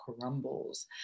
crumbles